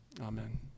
amen